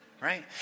right